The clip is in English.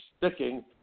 sticking